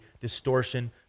distortion